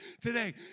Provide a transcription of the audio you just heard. today